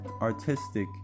artistic